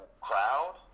crowd